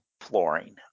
flooring